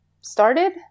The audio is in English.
started